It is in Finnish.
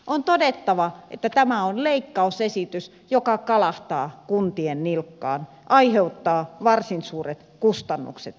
on todettava että tämä on leikkausesitys joka kalahtaa kuntien nilkkaan ja aiheuttaa varsin suuret kustannukset kunnissa